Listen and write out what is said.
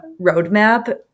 roadmap